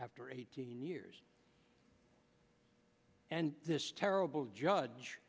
after eighteen years and this terrible judge